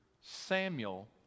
Samuel